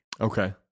okay